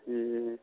ए